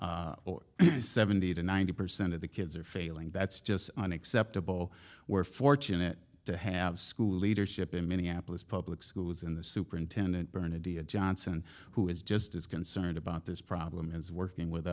percent or seventy to ninety percent of the kids are failing that's just unacceptable we're fortunate to have school leadership in minneapolis public schools in the superintendent byrne idiot johnson who is just as concerned about this problem is working with